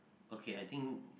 okay I think